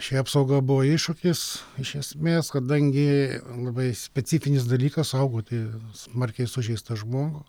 ši apsauga buvo iššūkis iš esmės kadangi labai specifinis dalykas saugoti smarkiai sužeistą žmogų